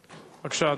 בבקשה.